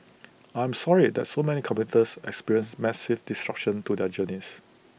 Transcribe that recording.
I am sorry that so many commuters experienced massive disruptions to their journeys